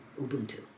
Ubuntu